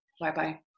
Bye-bye